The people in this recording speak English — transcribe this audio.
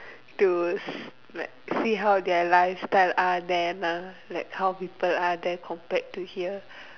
to like see how their lifestyle are then ah like how people are there compared to here